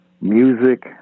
music